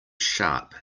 sharp